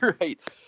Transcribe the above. Right